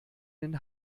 den